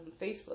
Facebook